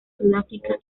sudáfrica